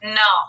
no